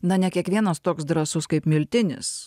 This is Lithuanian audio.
na ne kiekvienas toks drąsus kaip miltinis